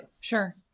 Sure